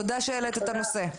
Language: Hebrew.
תודה שהעלית את הנושא.